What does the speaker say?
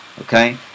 Okay